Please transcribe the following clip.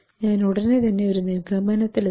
ഞാൻ ഉടൻ തന്നെ ഒരു നിഗമനത്തിലെത്തി